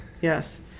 yes